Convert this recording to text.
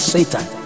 Satan